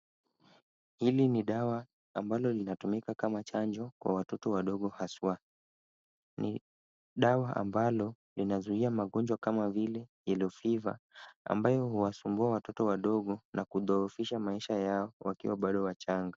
Hii ni dawa ambalo linatumika kama chanjo kwa watoto wadogo haswa. Ni dawa ambalo linazuia magonjwa kama vile Yellow Fever ambayo huwasumbua watoto wadogo na kudhoofisha maisha yao wakiwa bado wachanga.